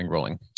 rolling